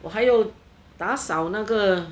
我还有打扫那个